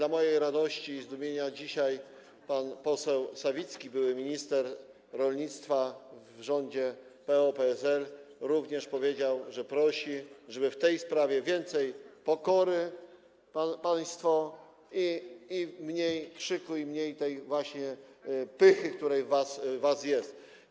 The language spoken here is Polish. Ku mojej radości i zdumieniu dzisiaj pan poseł Sawicki, były minister rolnictwa w rządzie PO-PSL, również powiedział, że prosi, żeby w tej sprawie było więcej pokory, państwo, i mniej krzyku, i mniej tej właśnie pychy, która w was jest.